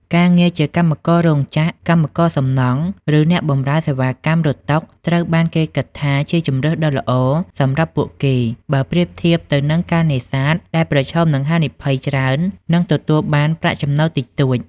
ការងារជាកម្មកររោងចក្រ កម្មករសំណង់ ឬអ្នកបម្រើសេវាកម្មរត់តុ ត្រូវបានគេគិតថាជាជម្រើសដ៏ល្អសម្រាប់ពួកគេ បើប្រៀបធៀបទៅនឹងការនេសាទដែលប្រឈមនឹងហានិភ័យច្រើន និងទទួលបានប្រាក់ចំណូលតិចតួច។